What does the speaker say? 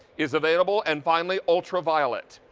is available and finally ultraviolet.